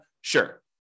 Sure